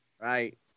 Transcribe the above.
Right